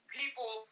people